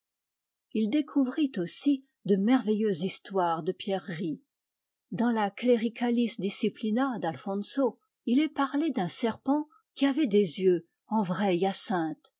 il découvrit aussi de merveilleuses histoires de pierreries dans la clericalis disciplina d'alfonso il est parlé d'un serpent qui avait des yeux en vraie hyacinthe